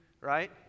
right